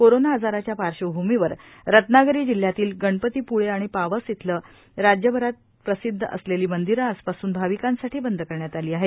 corona आजाराच्या पार्श्वभूमीवर रत्नागिरी जिल्ह्यातील गणपतीपुळे आणि पावस इथली राज्यभरात प्रसिद्ध असलेली मंदिरं आजपासून भाविकांसाठी बंद करण्यात आली आहेत